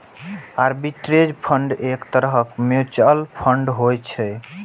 arbitrage fund एक तरहक mutual fund होइ छै